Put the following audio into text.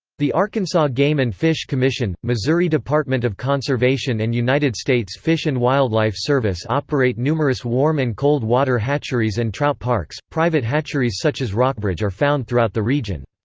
the arkansas game and fish commission, missouri department of conservation and united states fish and wildlife service operate numerous warm and cold water hatcheries and trout parks private hatcheries such as rockbridge are found throughout the region.